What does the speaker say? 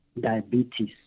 diabetes